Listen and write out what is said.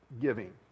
giving